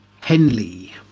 Henley